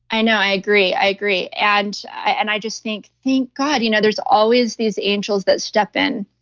i know. i agree. i agree. and and i just think thank god you know there's always these angels that step in.